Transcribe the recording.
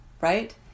Right